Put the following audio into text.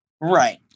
Right